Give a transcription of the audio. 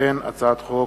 הצעת חוק